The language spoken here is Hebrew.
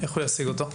איך הוא ישיג אותו?